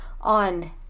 on